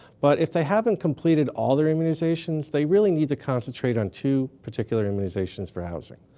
but if they haven't completed all their immunizations, they really need to concentrate on two particular immunizations for housing.